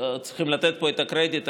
צריכים לתת פה את הקרדיט,